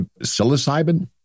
psilocybin